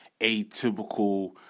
atypical